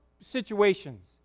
situations